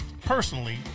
personally